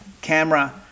camera